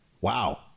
Wow